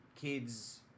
kids